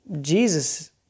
Jesus